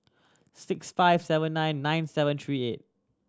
six five seven nine nine seven three eight